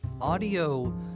audio